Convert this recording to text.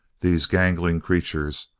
these gangling creatures,